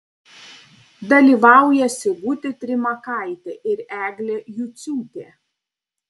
dalyvauja sigutė trimakaitė ir eglė juciūtė